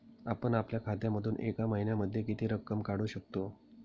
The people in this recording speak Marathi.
आपण आपल्या खात्यामधून एका महिन्यामधे किती रक्कम काढू शकतो?